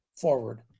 forward